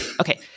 Okay